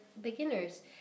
beginners